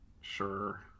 sure